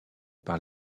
par